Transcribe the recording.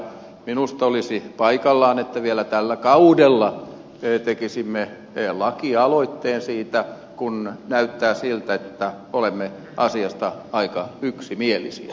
minusta olisi paikallaan että vielä tällä kaudella tekisimme lakialoitteen siitä kun näyttää siltä että olemme asiasta aika yksimielisiä